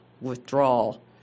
withdrawal